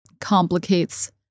complicates